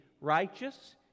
righteous